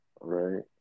Right